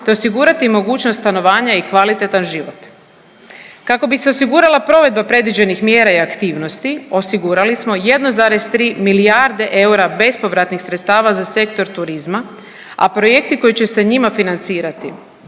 te osigurati i mogućnost stanovanja i kvalitetan život. Kako bi se osigurala provedba predviđenih mjera i aktivnosti osigurali smo 1,3 milijarde eura bespovratnih sredstava za Sektor turizma, a projekti koji će se njima financirati